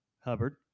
Hubbard